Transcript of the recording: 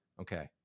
Okay